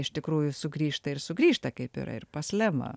iš tikrųjų sugrįžta ir sugrįžta kaip yra ir pas lemą